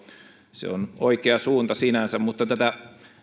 se on oikea suunta sinänsä mutta tätä